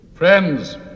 friends